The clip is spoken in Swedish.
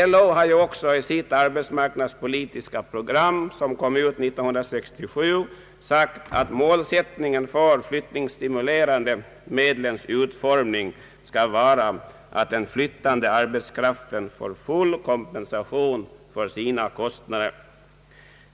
LO har också i sitt arbetsmarknadspolitiska program, som kom ut 1967, sagt att målsättningen för de flyttningsstimulerande medlens utformning skall vara att den flyttade arbetskraften får full kompensation för sina kostnader.